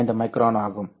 15 micron ஆகும்